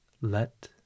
Let